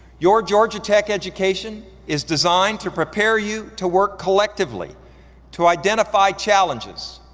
your georgia tech education is designed to prepare you to work collectively to identify challenges,